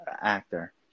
actor